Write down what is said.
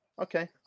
Okay